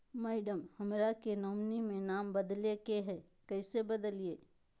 madam, हमरा के nominee में नाम बदले के हैं, कैसे बदलिए